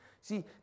See